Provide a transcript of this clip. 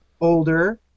older